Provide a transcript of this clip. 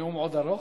הנאום עוד ארוך?